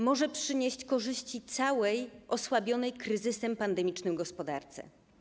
Może przynieść korzyści całej osłabionej kryzysem pandemicznym gospodarce.